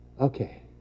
Okay